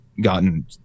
gotten